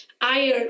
iron